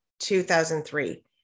2003